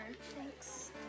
Thanks